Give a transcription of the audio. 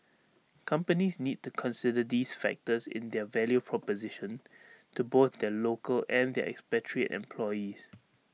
companies need to consider these factors in their value proposition to both their local and their expatriate employees